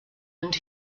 and